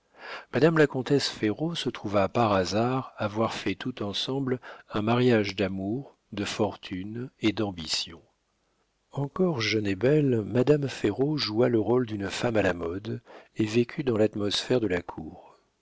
madame la comtesse ferraud se trouva par hasard avoir fait tout ensemble un mariage d'amour de fortune et d'ambition encore jeune et belle madame ferraud joua le rôle d'une femme à la mode et vécut dans l'atmosphère de la cour